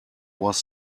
was